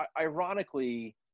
ironically